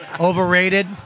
overrated